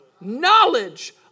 knowledge